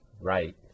right